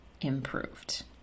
improved